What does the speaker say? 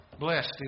Blessed